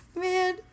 Man